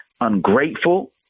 ungrateful